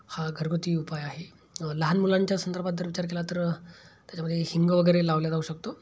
हा घरगुती उपाय आहे लहान मुलांच्या संदर्भात जर विचार केला तर त्याच्यामध्ये हिंग वगैरे लावला जाऊ शकतो